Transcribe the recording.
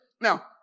Now